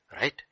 Right